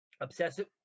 obsessive